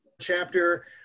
chapter